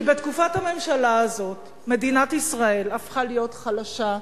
כי בתקופת הממשלה הזאת מדינת ישראל הפכה להיות חלשה,